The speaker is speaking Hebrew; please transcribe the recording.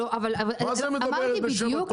מה זה מדברת בשם התורמים?